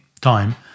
time